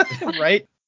Right